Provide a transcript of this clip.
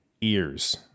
ears